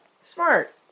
Smart